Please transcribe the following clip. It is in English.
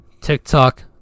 TikTok